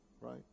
Right